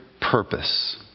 purpose